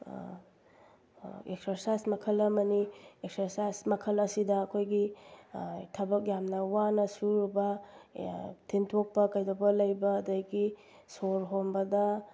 exercise ꯃꯈꯜ ꯑꯃꯅꯤ exercise ꯃꯈꯜ ꯑꯁꯤꯗ ꯑꯩꯈꯣꯏꯒꯤ ꯊꯕꯛ ꯌꯥꯝꯅ ꯋꯥꯅ ꯁꯨꯔꯨꯕ ꯊꯤꯟꯗꯣꯛꯄ ꯀꯩꯗꯧꯕ ꯂꯩꯕ ꯑꯗꯒꯤ ꯁꯣꯔ ꯍꯣꯟꯕꯗ